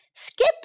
Skip